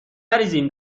نریزیم